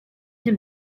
him